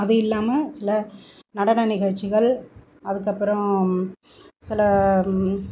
அதுவும் இல்லாமல் சில நடன நிகழ்ச்சிகள் அதுக்கப்புறோம் சில